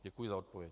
Děkuji za odpověď.